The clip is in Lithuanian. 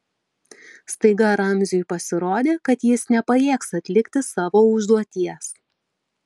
staiga ramziui pasirodė kad jis nepajėgs atlikti savo užduoties